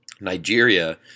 Nigeria